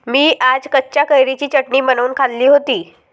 मी आज कच्च्या कैरीची चटणी बनवून खाल्ली होती